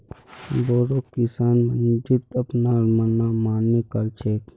बोरो किसान मंडीत अपनार मनमानी कर छेक